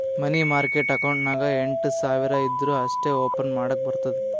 ಮನಿ market account ನಾಗ್ ಎಂಟ್ ಸಾವಿರ್ ಇದ್ದೂರ ಅಷ್ಟೇ ಓಪನ್ ಮಾಡಕ್ ಬರ್ತುದ